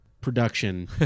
production